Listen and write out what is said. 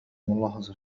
ملاحظة